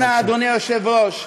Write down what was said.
לא מתאים לך.